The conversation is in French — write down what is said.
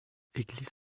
église